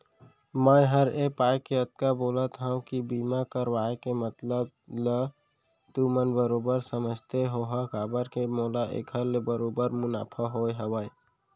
मैं हर ए पाय के अतका बोलत हँव कि बीमा करवाय के मतलब ल तुमन बरोबर समझते होहा काबर के मोला एखर ले बरोबर मुनाफा होय हवय